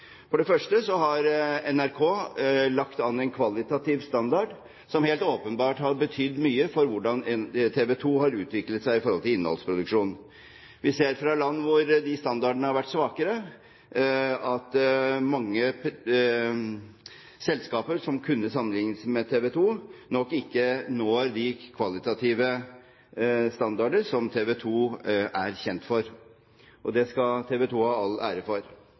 For det første har NRK lagt an en kvalitativ standard, som helt åpenbart har betydd mye for hvordan TV 2 har utviklet seg med tanke på innholdsproduksjon. Vi ser fra land hvor standardene har vært svakere, at mange selskaper som kan sammenlignes med TV 2, nok ikke når de kvalitative standarder som TV 2 er kjent for – og det skal TV 2 ha all ære for.